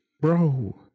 bro